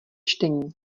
čtení